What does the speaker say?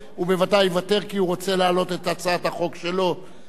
כי הוא רוצה להעלות את הצעת החוק שלו מייד לאחר מכן.